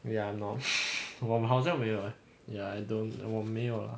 ya I'm not 我好像没有 eh ya I don't 我没有 lah